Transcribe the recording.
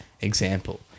example